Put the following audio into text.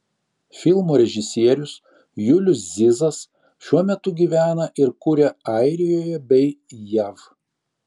filmo režisierius julius zizas šiuo metu gyvena ir kuria airijoje bei jav